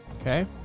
Okay